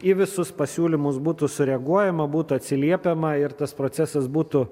į visus pasiūlymus būtų sureaguojama būtų atsiliepiama ir tas procesas būtų